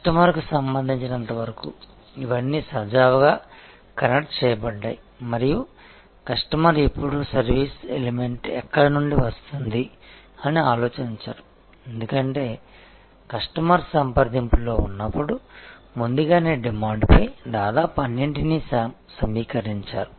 కస్టమర్కు సంబంధించినంత వరకు ఇవన్నీ సజావుగా కనెక్ట్ చేయబడ్డాయి మరియు కస్టమర్ ఎప్పుడూ సర్వీసు ఎలిమెంట్ ఎక్కడ నుండి వస్తుంది అని ఆలోచించరు ఎందుకంటే కస్టమర్ సంప్రదింపులో ఉన్నప్పుడు ముందుగానే డిమాండ్పై దాదాపు అన్నింటినీ సమీకరించారు